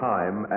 Time